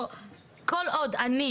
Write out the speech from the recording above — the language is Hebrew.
שכל עוד אני,